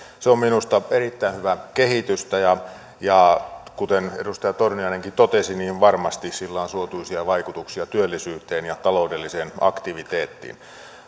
se on minusta erittäin hyvää kehitystä ja ja kuten edustaja torniainenkin totesi niin varmasti sillä on suotuisia vaikutuksia työllisyyteen ja taloudelliseen aktiviteettiin